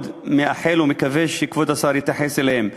מייחל ומקווה שכבוד השר יתייחס אליהן.